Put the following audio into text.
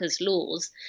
laws